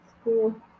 school